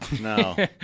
no